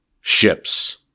ships